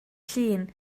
llun